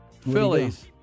Phillies